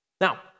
Now